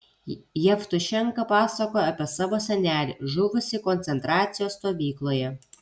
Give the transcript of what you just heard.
jevtušenka pasakojo apie savo senelį žuvusį koncentracijos stovykloje